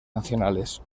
nacionales